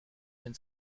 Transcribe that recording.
den